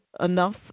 enough